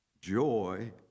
joy